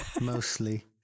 mostly